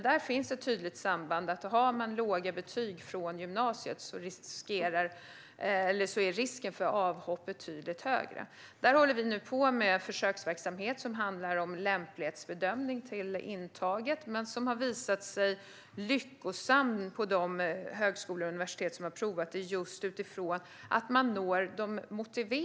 Där finns ett tydligt samband: Om man har låga betyg från gymnasiet är risken för avhopp betydligt högre. Vi håller nu på med försöksverksamhet som handlar om lämplighetsbedömning till intaget. Den har visat sig vara lyckosam på de högskolor och universitet som har provat den just utifrån att man når de motiverade.